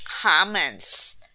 comments